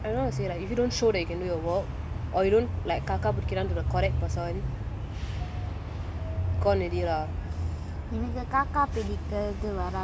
if you don't like I don't know how to say if you don't show you can do your work or if you don't like காகா புடிகுரான:kaakaa pudikuraana to the correct person gone already lah